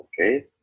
okay